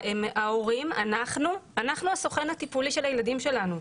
ההורים, אנחנו הסוכן הטיפולי של הילדים שלנו.